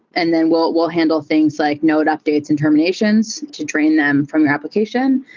and then we'll we'll handle things like node updates and terminations to drain them from your application.